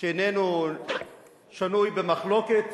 שאיננו שנוי במחלוקת